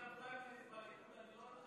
יש לכם פריימריז בליכוד,